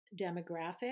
demographic